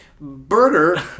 burger